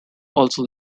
also